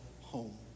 home